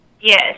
Yes